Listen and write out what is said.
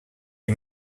you